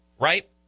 Right